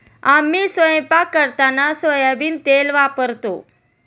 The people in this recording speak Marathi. आम्ही स्वयंपाक करताना सोयाबीन तेल वापरतो